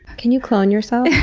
can you clone yourself?